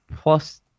plus